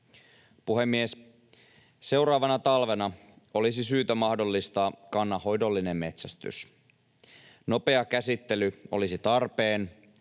Puhemies! Seuraavana talvena olisi syytä mahdollistaa kannanhoidollinen metsästys. Nopea käsittely olisi tarpeen.